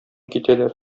китәләр